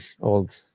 old